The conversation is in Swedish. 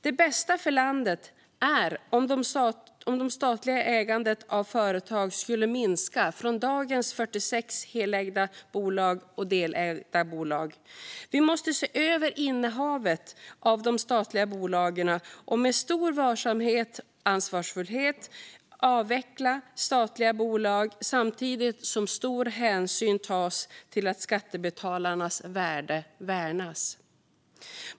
Det bästa för landet vore om det statliga ägandet av företag skulle minska från dagens 46 helägda och delägda bolag. Vi måste se över innehavet av statliga bolag och med stor varsamhet och ansvarsfullhet avveckla statliga bolag samtidigt som stor hänsyn tas till att skattebetalarnas värde ska värnas.